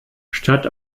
statt